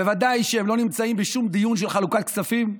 בוודאי שהם לא נמצאים בשום דיון על חלוקת כספים.